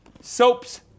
soaps